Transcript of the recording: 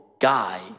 guy